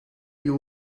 you